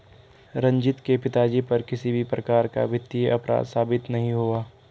रंजीत के पिताजी पर किसी भी प्रकार का वित्तीय अपराध साबित नहीं हुआ